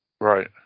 Right